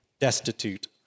Destitute